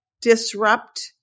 disrupt